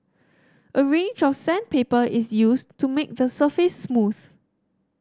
a range of sandpaper is used to make the surface smooth